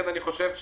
אני חושב שא',